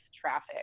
traffic